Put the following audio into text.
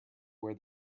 where